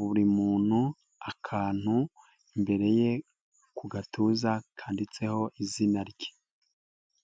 buri muntu akantu imbere ye ku gatuza kanditseho izina rye.